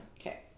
Okay